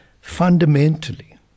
fundamentally